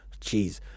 Jeez